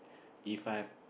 If I have